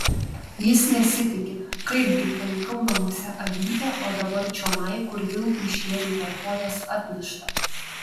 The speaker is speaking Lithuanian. jis nesitiki kaipgi palikau namuose avytę o dabar čionai kur vilkui šėriau per kojas atnešta